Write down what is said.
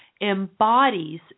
embodies